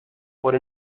por